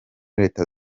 leta